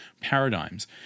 paradigms